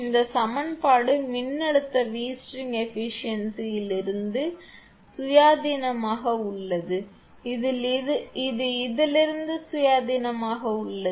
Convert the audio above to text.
இந்த சமன்பாடு மின்னழுத்தம் V ஸ்ட்ரிங் ஏபிசியன்சியில் இருந்து சுயாதீனமாக உள்ளது இது இதிலிருந்து சுயாதீனமாக உள்ளது